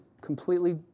completely